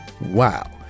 Wow